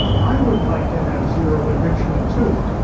i would like to have zero enrichment, too.